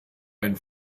ein